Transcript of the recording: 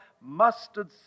mustard